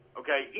okay